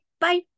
Bye